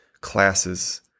classes